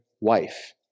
wife